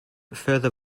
further